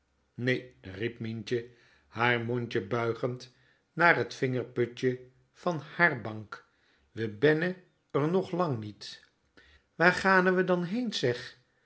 nee riep mientje haar mondje buigend naar t vingerputje van hààr bank we benne r nog lang niet waar gane we dan heen seg